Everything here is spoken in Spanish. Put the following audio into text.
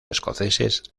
escoceses